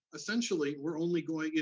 essentially, we're only going, you